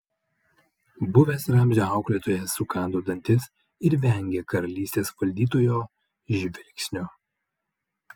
buvęs ramzio auklėtojas sukando dantis ir vengė karalystės valdytojo žvilgsnio